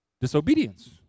disobedience